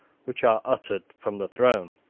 which are uttered from the throne.